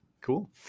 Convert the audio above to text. Cool